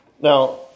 Now